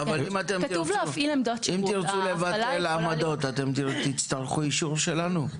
ואם תרצו לבטל עמדות, תצטרכו את האישור שלנו?